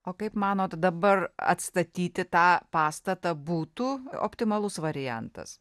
o kaip manot dabar atstatyti tą pastatą būtų optimalus variantas